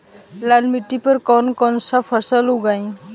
लाल मिट्टी पर कौन कौनसा फसल उगाई?